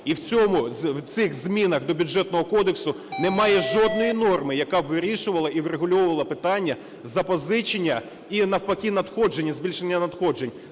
в цих змінах до Бюджетного кодексу немає жодної норми, яка б вирішувала і врегульовувала питання запозичення і навпаки надходження, збільшення надходжень.